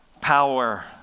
power